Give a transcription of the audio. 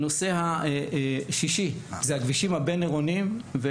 הנושא השישי זה הכבישים הבין עירוניים,